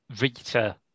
Rita